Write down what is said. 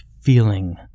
feeling